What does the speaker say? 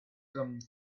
come